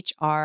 HR